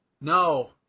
No